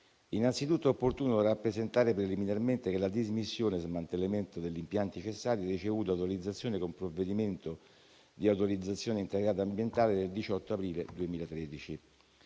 Innanzitutto è opportuno rappresentare preliminarmente che la dismissione e lo smantellamento degli impianti cessati ha ricevuto autorizzazione con provvedimento di autorizzazione integrata ambientale del 18 aprile 2013.